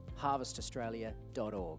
harvestaustralia.org